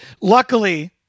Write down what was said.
Luckily